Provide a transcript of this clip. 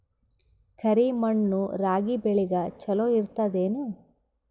ಕರಿ ಮಣ್ಣು ರಾಗಿ ಬೇಳಿಗ ಚಲೋ ಇರ್ತದ ಏನು?